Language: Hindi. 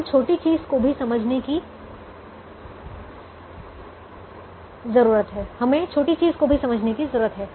हमें छोटी चीज को भी समझने की जरूरत है